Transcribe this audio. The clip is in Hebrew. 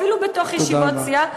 אפילו בתוך ישיבות סיעה,